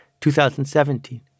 2017